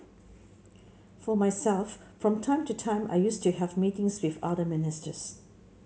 for myself from time to time I used to have meetings with other ministers